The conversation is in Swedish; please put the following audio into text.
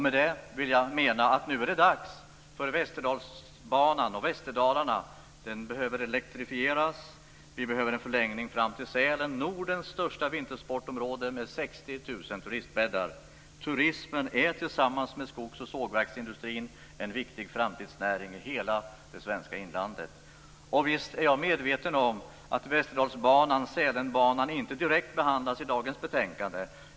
Med det vill jag mena: Nu är dags för Västerdalarna och Västerdalsbanan. Den behöver elektrifieras. Vi behöver en förlängning fram till Sälen; Nordens största vintersportområde med 60 000 turistbäddar. Turismen är, tillsammans med skogs och sågverksindustrin, en viktig framtidsnäring i hela det svenska inlandet. Visst är jag medveten om att Västerdalsbanan/Sälenbanan inte direkt behandlas i dagens betänkande.